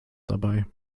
dabei